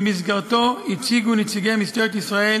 ובמסגרתו הציגו נציגי משטרת ישראל